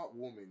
heartwarming